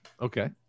okay